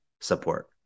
support